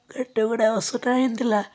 ବାଟ ଗୁଡ଼ା ଅସନା ହେଇଥିଲା